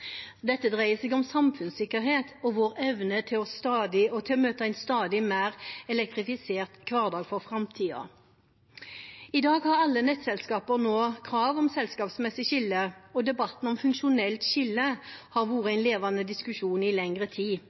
Dette dreier seg om samfunnssikkerhet og vår evne til å møte en stadig mer elektrifisert hverdag for framtiden. I dag har alle nettselskaper krav om selskapsmessig skille, og debatten om funksjonelt skille har vært en levende diskusjon i lengre tid.